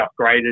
upgraded